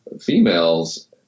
females